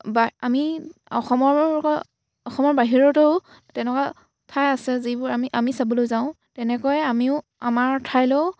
বা আমি অসমৰ অসমৰ বাহিৰতো তেনেকুৱা ঠাই আছে যিবোৰ আমি আমি চাবলৈ যাওঁ তেনেকৈয়ে আমিও আমাৰ ঠাইলৈও